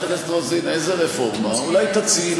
אולי תציעי?